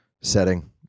setting